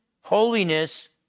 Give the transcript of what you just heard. holiness